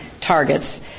Targets